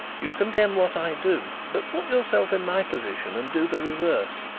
you condemn what i do but put yourself in my position and do the reverse,